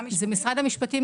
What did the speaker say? גם משפטים?